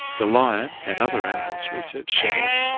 the lion, and other animals, research shows,